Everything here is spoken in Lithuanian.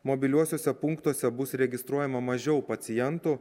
mobiliuosiuose punktuose bus registruojama mažiau pacientų